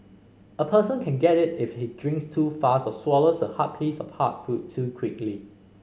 a person can get it if he drinks too fast or swallows a piece of hard food too quickly